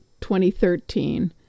2013